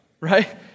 right